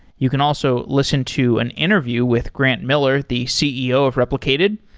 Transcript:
you can also listen to an interview with grant miller, the ceo of replicated,